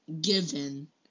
given